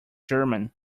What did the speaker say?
german